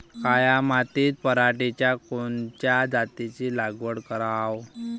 काळ्या मातीत पराटीच्या कोनच्या जातीची लागवड कराव?